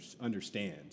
understand